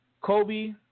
Kobe